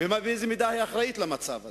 ובאיזו מידה היא אחראית למצב הזה?